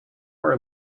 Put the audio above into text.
more